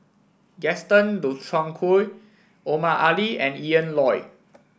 Gaston Dutronquoy Omar Ali and Ian Loy